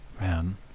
Man